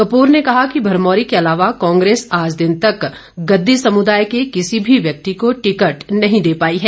कपूर ने कहा कि भरमौरी के अलावा कांग्रेस आज दिन तक गददी समुदाय के किसी भी व्यक्ति को टिकट नहीं दे पाई है